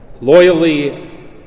loyally